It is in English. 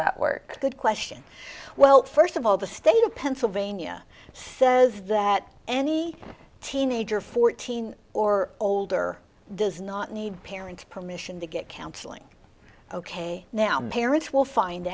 that work good question well first of all the state of pennsylvania says that any teenager fourteen or older does not need parents permission to get counseling ok now parents will find